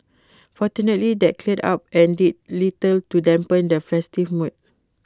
fortunately that cleared up and did little to dampen the festive mood